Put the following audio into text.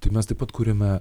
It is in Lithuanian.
tai mes taip pat kuriame